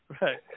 right